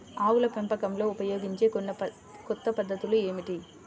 ఆవుల పెంపకంలో ఉపయోగించే కొన్ని కొత్త పద్ధతులు ఏమిటీ?